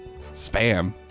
spam